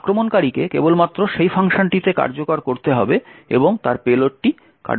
আক্রমণকারীকে কেবলমাত্র সেই ফাংশনটিকে কার্যকর করতে হবে এবং তার পেলোডটি কার্যকর করা যেতে পারে